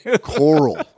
coral